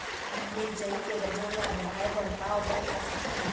मिरचई के वजन ला बढ़ाएं बर का उपाय कर सकथन?